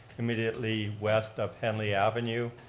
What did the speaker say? immediately west of henley avenue.